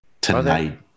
tonight